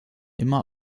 immer